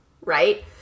Right